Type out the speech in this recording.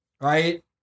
right—